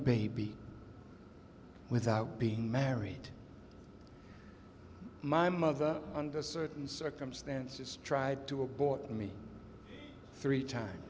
baby without being married my mother under certain circumstances tried to abort me three times